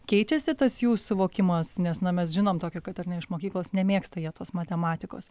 keičiasi tas jų suvokimas nes na mes žinom kad ar ne iš mokyklos nemėgsta jie tos matematikos